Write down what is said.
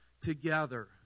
together